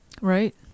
Right